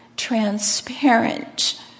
Transparent